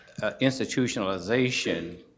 institutionalization